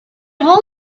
almost